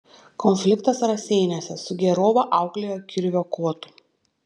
konfliktas raseiniuose sugėrovą auklėjo kirvio kotu